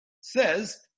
says